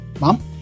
mom